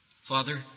Father